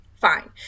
fine